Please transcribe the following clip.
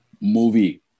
movie